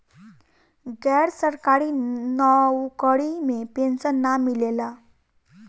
गैर सरकारी नउकरी में पेंशन ना मिलेला